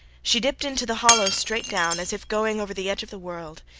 she dipped into the hollow straight down, as if going over the edge of the world.